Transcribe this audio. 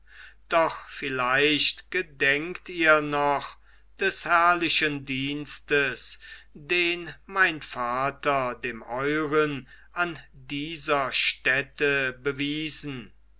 doch vielleicht gedenket ihr noch des herrlichen dienstes den mein vater dem euren an dieser stätte bewiesen